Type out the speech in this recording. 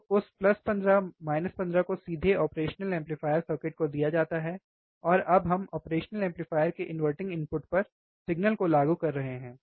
तो उस plus 15 minus 15 को सीधे ऑपरेशनल एम्पलीफायर सर्किट को दिया जाता है और अब हम ऑपरेशनल एम्पलीफायर के इनवर्टिंग इनपुट पर सिग्नल को लागू कर रहे हैं